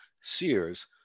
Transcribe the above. Sears